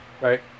Right